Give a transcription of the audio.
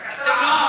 רק אתה עם?